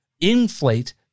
inflate